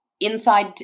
inside